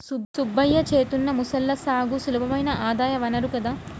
సుబ్బయ్య చేత్తున్న మొసళ్ల సాగు సులభమైన ఆదాయ వనరు కదా